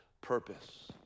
purpose